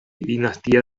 dinastía